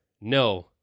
no